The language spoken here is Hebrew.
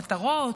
המטרות,